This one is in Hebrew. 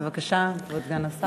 בבקשה, כבוד סגן השר.